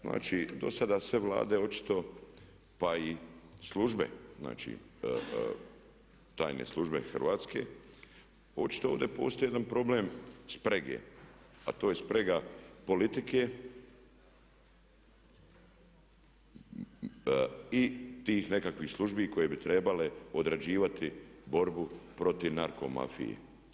Znači, dosada sve vlade očito pa i službe znači tajne službe Hrvatske očito ovdje postoji jedan problem sprege, a to je sprega politike i tih nekakvih službi koje bi trebale odrađivati borbu protiv narko mafije.